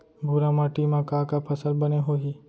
भूरा माटी मा का का फसल बने होही?